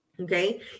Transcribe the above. Okay